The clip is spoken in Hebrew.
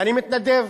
אני מתנדב.